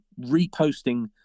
reposting